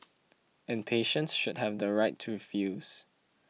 and patients should have the right to refuse